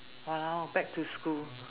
!walao! back to school